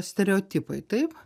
stereotipai taip